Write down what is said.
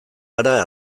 gara